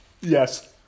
Yes